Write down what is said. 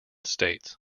states